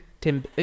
Tim